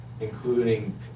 including